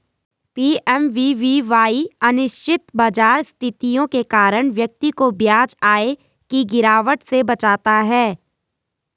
PMVVY अनिश्चित बाजार स्थितियों के कारण व्यक्ति को ब्याज आय की गिरावट से बचाता है